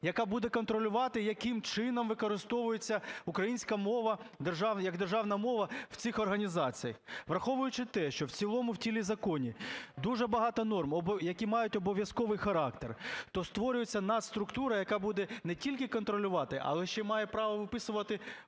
яка буде контролювати, яким чином використовується українська мова як державна мова в цих організаціях. Враховуючи те, що в цілому в тілі закону дуже багато норм, які мають обов'язковий характер, то створюється надструктура, яка буде не тільки контролювати, але ще має право виписувати протоколи